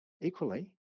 equally